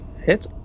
Hit